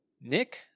Nick